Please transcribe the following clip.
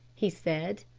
he said.